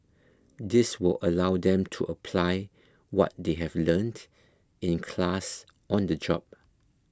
this will allow them to apply what they have learnt in class on the job